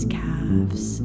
calves